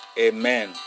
Amen